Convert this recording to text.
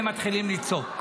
והם מתחילים לצעוק.